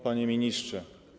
Panie Ministrze!